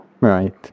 Right